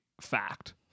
fact